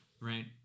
right